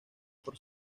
por